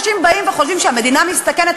אנשים באים וחושבים שהמדינה מסתכנת,